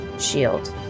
shield